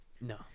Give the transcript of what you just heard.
no